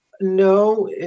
No